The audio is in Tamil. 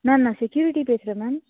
மேம் நான் செக்யூரிட்டி பேசுகிறேன் மேம்